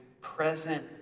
present